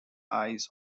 eyes